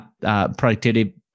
productivity